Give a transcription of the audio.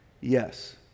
Yes